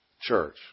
church